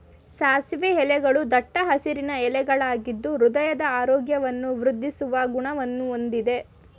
ಸಾಸಿವೆ ಎಲೆಗಳೂ ದಟ್ಟ ಹಸಿರಿನ ಎಲೆಗಳಾಗಿದ್ದು ಹೃದಯದ ಆರೋಗ್ಯವನ್ನು ವೃದ್ದಿಸೋ ಗುಣವನ್ನ ಹೊಂದಯ್ತೆ